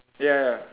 ya ya